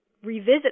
revisit